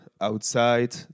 outside